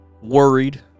worried